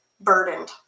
burdened